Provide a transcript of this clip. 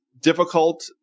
difficult